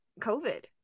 COVID